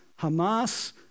Hamas